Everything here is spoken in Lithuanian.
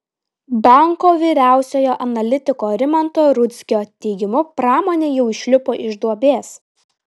banko vyriausiojo analitiko rimanto rudzkio teigimu pramonė jau išlipo iš duobės